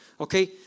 Okay